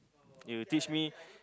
you teach me